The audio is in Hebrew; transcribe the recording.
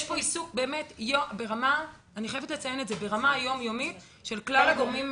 יש פה עיסוק ברמה יומיומית של כלל הגורמים,